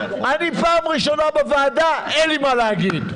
פעם ראשונה בוועדה אין לי מה להגיד.